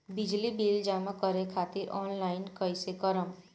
बिजली बिल जमा करे खातिर आनलाइन कइसे करम?